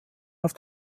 auf